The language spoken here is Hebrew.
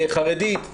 חרדית,